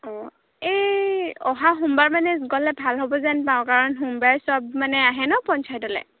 অঁ এই অহা সোমবাৰ মানে গ'লে ভাল হ'ব যেন পাওঁ কাৰণ সোমবাৰে সব মানে আহে নহ্ পঞ্চায়তলৈ